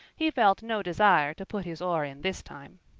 he felt no desire to put his oar in this time.